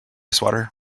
swatter